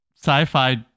sci-fi